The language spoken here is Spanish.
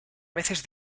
veces